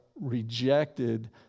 rejected